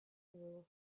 through